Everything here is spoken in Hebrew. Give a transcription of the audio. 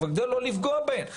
אבל כדי לא לפגוע בהן.